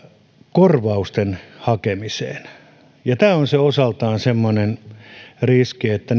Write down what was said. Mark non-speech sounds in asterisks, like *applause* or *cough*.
korvausten hakemista ja tämä on osaltaan semmoinen riski että *unintelligible*